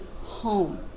home